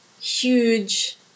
huge